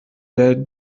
der